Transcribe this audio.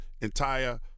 entire